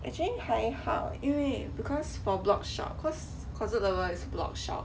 actually 还好因为 because for blogshop cause closet lover is blogshop